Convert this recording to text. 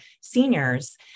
seniors